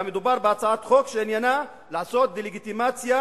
והמדובר בהצעת חוק שעניינה לעשות דה-לגיטימציה